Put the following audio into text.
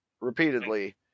repeatedly